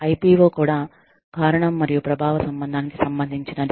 IPO కూడా కారణం మరియు ప్రభావ సంబంధానికి సంబంధించినది